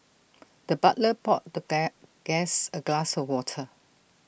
the butler poured the guest A glass of water